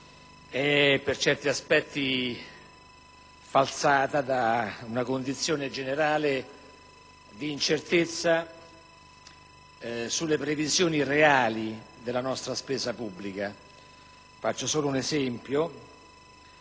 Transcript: per certi aspetti è falsata da una condizione generale di incertezza sulle previsioni reali della nostra spesa pubblica. Faccio solo un esempio: